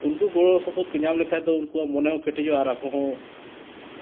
ᱩᱱᱠᱩ ᱜᱚᱲᱚ ᱥᱚᱯᱚᱦᱚᱫ ᱠᱚ ᱧᱟᱢ ᱞᱮᱠᱷᱟᱱ ᱫᱚ ᱩᱱᱠᱩᱣᱟᱜ ᱢᱚᱱᱮ ᱦᱚᱸ ᱠᱮᱴᱮᱡᱚᱜᱼᱟ ᱟᱨ ᱟᱠᱚ ᱦᱚᱸ